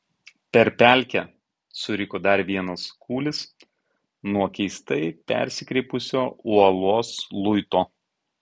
per pelkę suriko dar vienas kūlis nuo keistai persikreipusio uolos luito